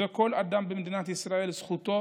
וזכותו